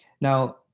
Now